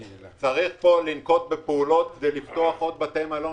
צריך לנקוט בפעולות כדי לפתוח עוד חדרי מלון.